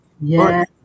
Yes